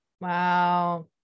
Wow